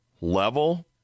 level